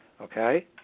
okay